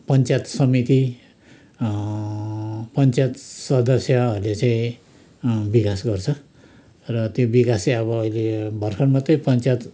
पञ्चायत समिति पञ्चायत सदस्यहरूले चाहिँ विकास गर्छ र त्यो विकास चाहिँ अब अहिले भर्खर मात्रै पञ्चायत